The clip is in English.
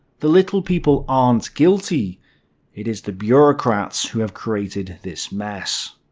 the little people aren't guilty it is the bureaucrats who have created this mess.